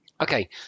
Okay